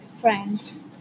friends